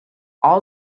all